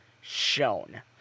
shown